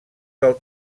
del